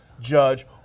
judge